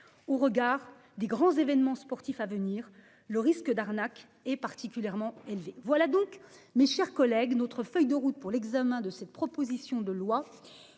au regard des grands événements sportifs à venir le risque d'arnaque est particulièrement élevé. Voilà donc mes chers collègues. Notre feuille de route pour l'examen de cette proposition de loi,